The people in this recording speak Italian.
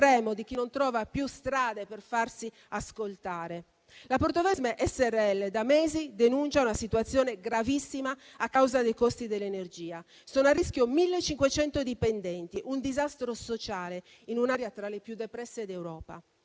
La Portovesme s.r.l. da mesi denuncia una situazione gravissima a causa dei costi dell'energia. Sono a rischio 1.500 dipendenti; un disastro sociale in un'area tra le più depresse d'Europa.